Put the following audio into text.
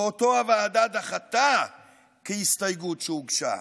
ואותו הוועדה דחתה כהסתייגות שהוגשה.